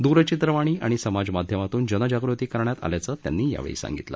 द्रचित्रवाणी आणि समाजमाध्यमातून जनजागती करण्यात आल्याचं त्यांनी सांगितलं